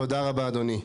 טוב, תודה רבה אדוני.